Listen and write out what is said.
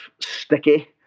sticky